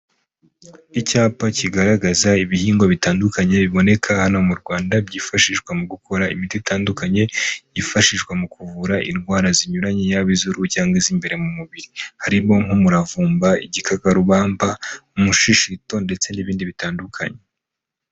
Icyapa kigaragaza ibihingwa bitandukanye biboneka hano mu Rwanda byifashishwa mu gukora imiti itandukanye, yifashishwa mu kuvura indwara zinyuranye, yaba iz'uruhu cyangwa iz'imbere mu mubiri, harimo nk'umuravumba, igikakarubamba, umushishito ndetse n'ibindi bitandukanye.